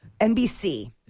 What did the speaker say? NBC